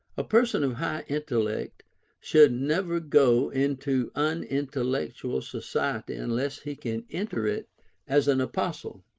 a person of high intellect should never go into unintellectual society unless he can enter it as an apostle